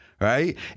right